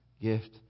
gift